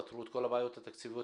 פתרו את כל הבעיות התקציביות?